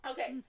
Okay